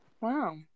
Wow